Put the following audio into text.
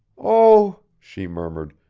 oh! she murmured,